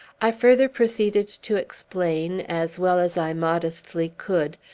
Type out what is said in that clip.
i further proceeded to explain, as well as i modestly could,